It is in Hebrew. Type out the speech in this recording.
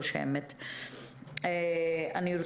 בבקשה